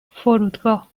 فرودگاه